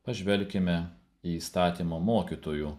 pažvelkime į įstatymo mokytojų